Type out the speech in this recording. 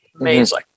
Amazing